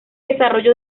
desarrolló